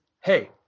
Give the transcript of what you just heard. hey